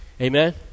amen